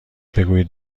بگویید